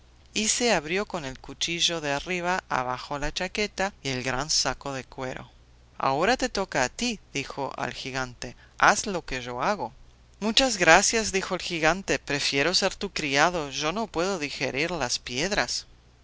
y se abrió con el cuchillo de arriba abajo la chaqueta y el gran saco de cuero ahora te toca a ti dijo al gigante haz lo que yo hago muchas gracias dijo el gigante prefiero ser tu criado yo no puedo digerir las piedras